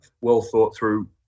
well-thought-through